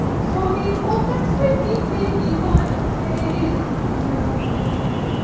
so he pulled back squeaking piggy by the taily o!